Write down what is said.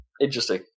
interesting